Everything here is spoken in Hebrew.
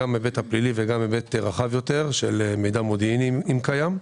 גם בהיבט הפלילי וגם בהיבט רחב יותר של מידע מודיעיני אם קיים.